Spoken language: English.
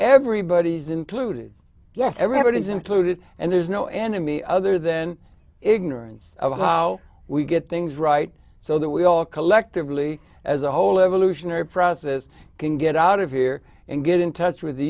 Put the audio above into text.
everybody's included yes everybody's included and there's no enemy other than ignorance of how we get things right so that we all collectively as a whole evolutionary process can get out of here and get in touch with the